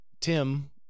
Tim